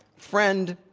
friend,